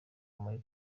muri